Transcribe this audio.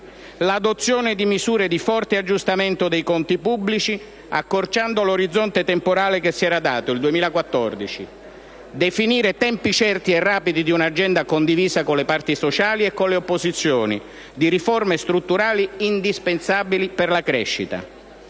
l'adozione di misure di forte aggiustamento dei conti pubblici, accorciando l'orizzonte temporale che si era dato (il 2014), e definire tempi certi e rapidi di un'agenda, condivisa con le parti sociali e con le opposizioni, di riforme strutturali indispensabili per la crescita.